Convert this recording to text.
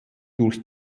durch